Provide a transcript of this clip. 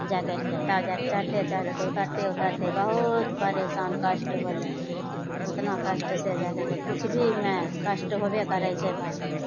जा करिकऽ तब जा कऽ चढ़िते चढ़ उतरते उतरते बहुत परेशान कष्ट होलय उतना कष्ट से जा करिके किछु भी मे कष्ट होबय करय छै भाय बहिन